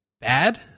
bad